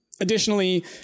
Additionally